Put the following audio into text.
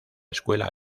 escuela